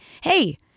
hey